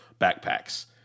backpacks